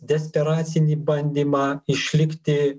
desperacinį bandymą išlikti